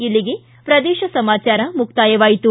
ಇಲ್ಲಿಗೆ ಪ್ರದೇಶ ಸಮಾಚಾರ ಮುಕ್ತಾಯವಾಯಿತು